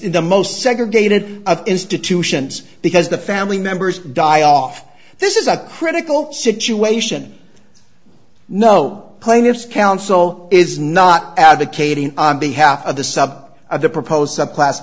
as the most segregated of institutions because the family members die off this is a critical situation no plaintiffs counsel is not advocating on behalf of the sub of the proposed subclass